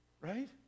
Right